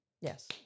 Yes